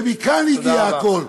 ומכאן הגיע הכול.